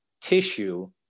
tissue